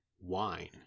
wine